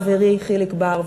חברי חיליק בר,